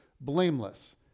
blameless